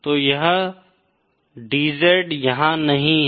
तो यह DZ यहाँ नहीं है